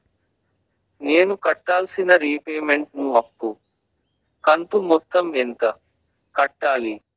నేను కట్టాల్సిన రీపేమెంట్ ను అప్పు కంతు మొత్తం ఎంత కట్టాలి?